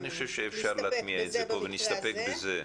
אני חושב שאפשר להטמיע את זה פה ונסתפק בזה.